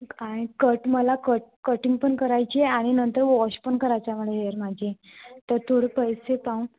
आणि कट मला cut cutting पण करायची आहे आणि नंतर वॉश पण करायचा आहे मला हेअर माझे तर थोडं पैसे पाहू